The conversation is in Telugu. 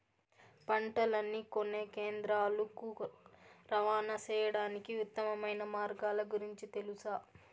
పంటలని కొనే కేంద్రాలు కు రవాణా సేయడానికి ఉత్తమమైన మార్గాల గురించి తెలుసా?